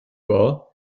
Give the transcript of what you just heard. war